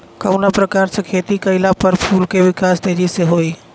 कवना प्रकार से खेती कइला पर फूल के विकास तेजी से होयी?